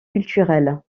culturels